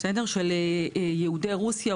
של יהודי רוסיה,